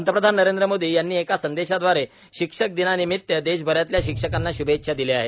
पंतप्रधान नरेंद्र मोदी यांनी एका संदेशाद्वारे शिक्षक दिनानिमित्तदेशभरातल्या शिक्षकांना शुभेच्छा दिल्या आहेत